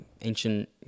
ancient